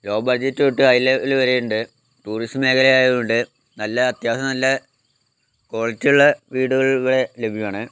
law budget തൊട്ട് high level വരെ ഉണ്ട് ടൂറിസം മേഖല ആയതുക്കൊണ്ട് നല്ല അത്യാവശ്യം നല്ല ക്വാളിറ്റി ഉള്ള വീടുകൾ ഇവിടെ ലഭ്യമാണ്